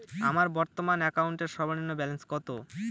আমার বর্তমান অ্যাকাউন্টের সর্বনিম্ন ব্যালেন্স কত?